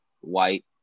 white